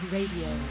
Radio